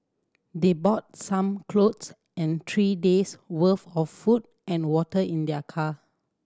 they bought some clothes and three day's worth of food and water in their car